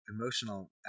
emotional